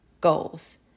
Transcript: goals